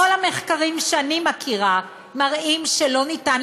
כל המחקרים שאני מכירה מראים שלא ניתן